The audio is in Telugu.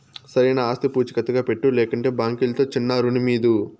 సరైన ఆస్తి పూచీకత్తుగా పెట్టు, లేకంటే బాంకీలుతో చిన్నా రుణమీదు